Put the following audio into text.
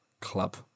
club